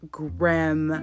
grim